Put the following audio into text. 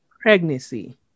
pregnancy